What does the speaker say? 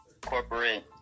corporate